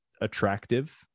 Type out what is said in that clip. attractive